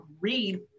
read